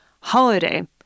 holiday